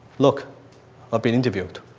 look, i've been interviewed.